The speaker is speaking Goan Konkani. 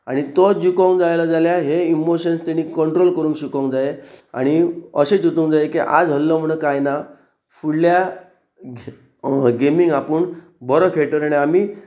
आनी तोच जुखोंक जायना जाल्यार हे इमोशन्स तेणी कंट्रोल करूंक शिकोंक जाय आनी अशें जुंतूंक जाय की आज आसलो म्हणून कांय ना फुडल्या गेमींक आपूण बरो खेळटले आनी आमी